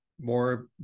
more